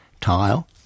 tile